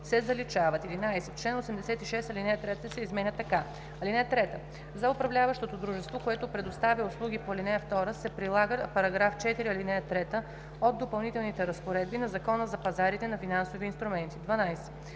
се заличават. 11. В чл. 86 ал. 3 се изменя така: „(3) За управляващото дружество, което предоставя услуги по ал. 2, се прилага § 4, ал. 3 от допълнителните разпоредби на Закона за пазарите на финансови инструменти.“ 12.